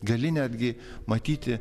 gali netgi matyti